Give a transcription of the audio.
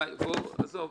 די, עזוב.